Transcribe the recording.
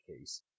case